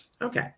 Okay